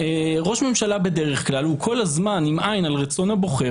ראש ממשלה בדרך כלל הוא כל הזמן עם עין על רצון הבוחר,